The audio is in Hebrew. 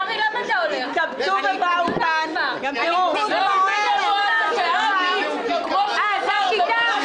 כל מה שיש לכם להגיד זה " רק לא ביבי,